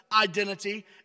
identity